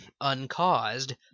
uncaused